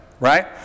Right